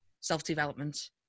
self-development